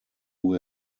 who